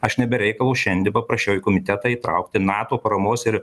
aš ne be reikalo šiandi paprašiau į komitetą įtraukti nato paramos ir